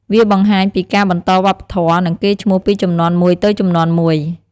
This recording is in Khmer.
វាបង្ហាញពីការបន្តវប្បធម៌ នឹងកេរ្ត៍ឈ្មោះពីជំនាន់មួយទៅជំនាន់មួយ។